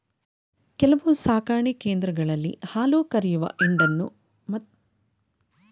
ಕೆಲವು ಸಾಕಣೆ ಕೇಂದ್ರಗಳಲ್ಲಿ ಹಾಲುಕರೆಯುವ ಹಿಂಡನ್ನು ಮತ್ತಷ್ಟು ಹಾಲುಕರೆಯುವ ತಂತಿಗಳಾಗಿ ವಿಂಗಡಿಸಲಾಗಿದೆ